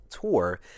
tour